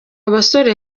basore